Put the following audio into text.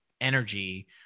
energy